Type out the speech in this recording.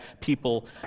people